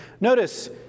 notice